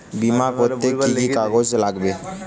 বিমা করতে কি কি কাগজ লাগবে?